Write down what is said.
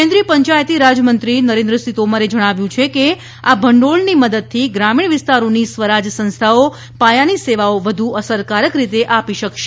કેન્દ્રીય પંચાયતી રાજમંત્રી નરેન્દ્રસિંહ તોમરે જણાવ્યું છે કે આ ભંડોળની મદદથી ગ્રામીણ વિસ્તારોની સ્વરાજ સંસ્થાઓ પાયાની સેવાઓ વધુ અસરકારક રીતે આપી શકશે